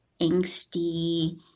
angsty